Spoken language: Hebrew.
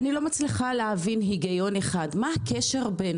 אני לא מצליחה להבין היגיון אחד: מה הקשר בין